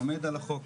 לומד על החוק,